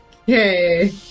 Okay